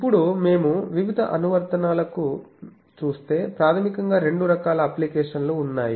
ఇప్పుడు మేము వివిధ అనువర్తనాలను చూస్తే ప్రాథమికంగా రెండు రకాల అప్లికేషన్లు ఉన్నాయి